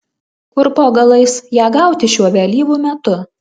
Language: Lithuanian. kur po galais ją gauti šiuo vėlyvu metu